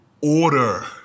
order